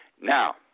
Now